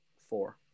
four